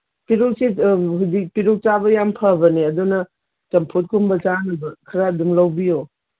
ꯄꯤꯔꯨꯛꯁꯤ ꯍꯧꯖꯤꯛ ꯄꯤꯔꯨꯛ ꯆꯥꯕ ꯌꯥꯝ ꯐꯕꯅꯦ ꯑꯗꯨꯅ ꯆꯝꯐꯨꯠꯀꯨꯝꯕ ꯆꯥꯅꯕ ꯈꯔ ꯑꯗꯨꯝ ꯂꯧꯕꯤꯌꯣ